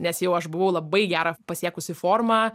nes jau aš buvau labai gerą pasiekusi formą